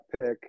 pick